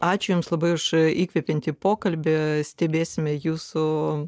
ačiū jums labai už įkvepiantį pokalbį stebėsime jūsų